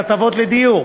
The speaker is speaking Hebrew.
הלוואות לדיור,